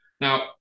Now